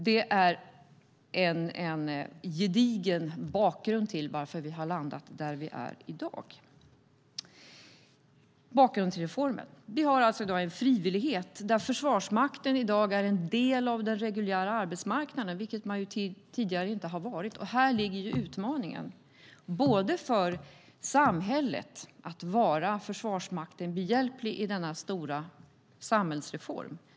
Det är en gedigen bakgrund till varför vi har landat där vi är i dag. Vad är bakgrunden till reformen? Vi har i dag en frivillighet där Försvarsmakten är en del av den reguljära arbetsmarknaden, vilket man tidigare inte har varit. Här ligger utmaningen för samhället att vara Försvarsmakten behjälplig i denna stora samhällsreform.